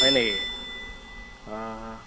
হয় নেকি অঁ